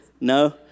No